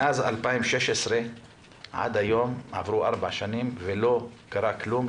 מאז 2016 ועד היום עברו ארבע שנים ולא קרה כלום,